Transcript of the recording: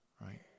right